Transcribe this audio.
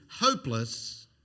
hopeless